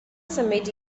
symud